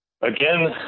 Again